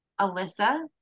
Alyssa